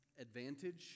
advantage